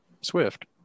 Swift